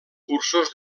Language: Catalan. cursos